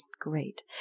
Great